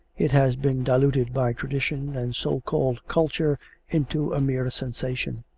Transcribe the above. it has been diluted by tradition and so-called culture into a mere sensation.